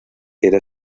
era